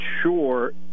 sure